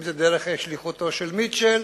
אם זה דרך שליחותו של מיטשל,